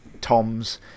Tom's